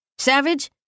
Savage